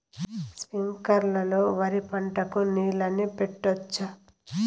స్ప్రింక్లర్లు లో వరి పంటకు నీళ్ళని పెట్టొచ్చా?